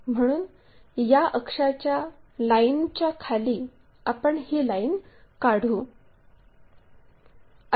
म्हणून या अक्षाच्या लाईनच्या खाली आपण ही लाईन काढू